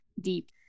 deep